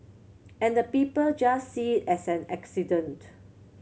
and the people just see it as an incident